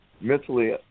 mentally